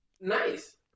Nice